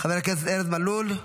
חבר הכנסת ארז מלול,